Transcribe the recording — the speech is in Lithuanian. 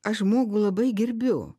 aš žmogų labai gerbiu